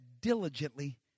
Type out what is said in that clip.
diligently